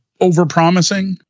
overpromising